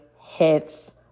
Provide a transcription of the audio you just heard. hits